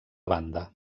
banda